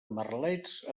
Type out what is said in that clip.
merlets